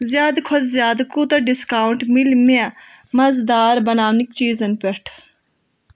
زِیٛادٕ کھۄتہٕ زِیٛادٕ کوٗتاہ ڈِسکاونٛٹ میلہِ مےٚ مزٕدار بناونٕکۍ چیٖزن پٮ۪ٹھ